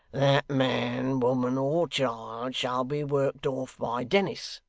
that man, woman, or child, shall be worked off by dennis.